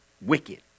wicked